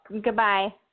Goodbye